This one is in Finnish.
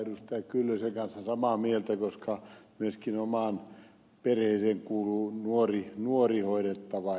kyllösen kanssa samaa mieltä koska myöskin omaan perheeseeni kuuluu nuori hoidettava